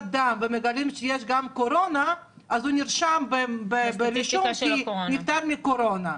דם ומגלים שיש גם קורונה אז הוא נרשם ברישום כנפטר מקורונה.